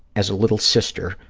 as a little sister,